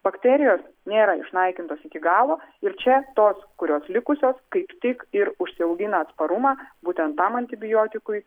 bakterijos nėra išnaikintos iki galo ir čia tos kurios likusios kaip tik ir užsiaugina atsparumą būtent tam antibiotikui